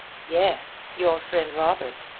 yes, your friend robert.